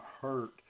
hurt